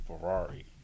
Ferrari